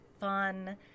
fun